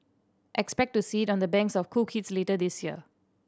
expect to see it on the banks of cool kids later this year